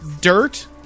dirt